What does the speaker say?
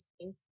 space